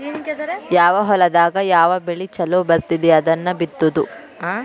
ಯಾವ ಹೊಲದಾಗ ಯಾವ ಬೆಳಿ ಚುಲೊ ಬರ್ತತಿ ಅದನ್ನ ಬಿತ್ತುದು